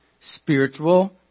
spiritual